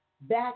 back